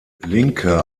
linke